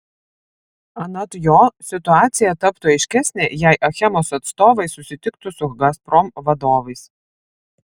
anot jo situacija taptų aiškesnė jei achemos atstovai susitiktų su gazprom vadovais